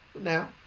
now